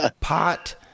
pot